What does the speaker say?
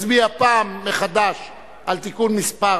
נצביע מחדש על תיקון מס'